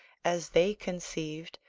as they conceived,